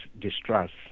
distrust